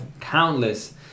countless